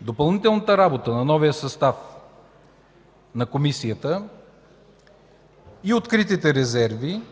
Допълнителната работа на новия състав на Комисията и откритите резерви